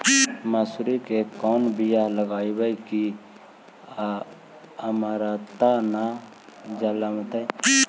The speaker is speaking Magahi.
मसुरी के कोन बियाह लगइबै की अमरता न जलमतइ?